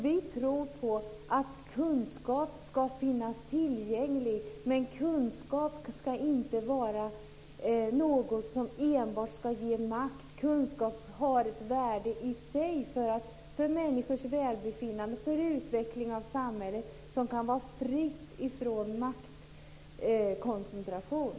Vi tror på att kunskap ska finnas tillgänglig. Men kunskap ska inte vara något som enbart ska ge makt. Kunskap har ett värde i sig för människors välbefinnande och utveckling av samhället som kan vara fritt från maktkoncentration.